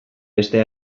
beste